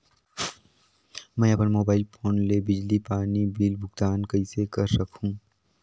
मैं अपन mobile phone ले बिजली पानी बिल भुगतान कइसे कर सकहुं?